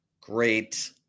great